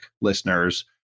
listeners